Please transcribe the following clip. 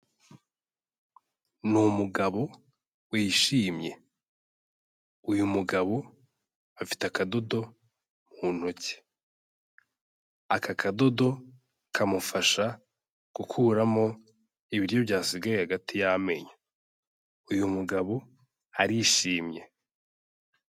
Ni umugabo wishimye, uyu mugabo afite akadodo mu ntoki. Aka kadodo kamufasha gukuramo ibiryo byasigaye hagati y'amenyo. Uyu mugabo arishimye.